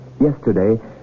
Yesterday